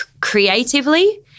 creatively